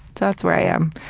that's where i am,